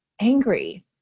angry